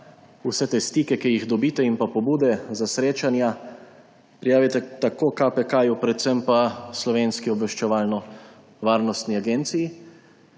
vse te stike, ki jih dobite in pa pobude za srečanja prijavite tako KPK, predvsem pa Slovenski obveščevalno-varnostni agenciji,